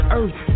earth